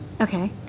Okay